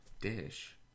Dish